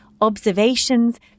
observations